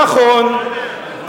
נכון,